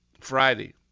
Friday